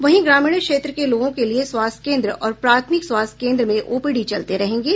वहीं ग्रामीण क्षेत्र के लोगों के लिये स्वास्थ्य केंद्र और प्राथमिक स्वास्थ्य केंद्र में ओपीडी चलते रहेंगे